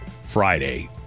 Friday